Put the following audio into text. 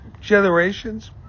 generations